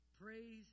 Praise